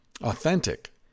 authentic